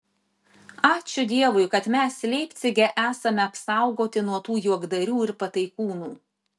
ačiū dievui kad mes leipcige esame apsaugoti nuo tų juokdarių ir pataikūnų